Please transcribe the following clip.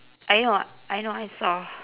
I know I know I saw